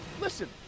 Listen